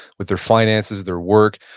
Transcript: with their finances, their work.